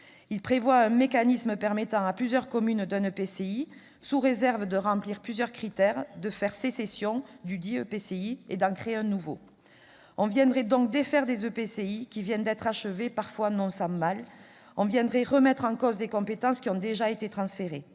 prévoit un mécanisme permettant à plusieurs communes d'un EPCI, sous réserve de remplir plusieurs critères, de « faire sécession » dudit EPCI et d'en créer un nouveau. On déferait donc des EPCI qui viennent d'être achevés, parfois non sans mal ? On remettrait en cause des compétences qui ont déjà été transférées